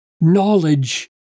knowledge